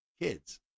kids